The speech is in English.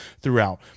throughout